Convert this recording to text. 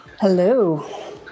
Hello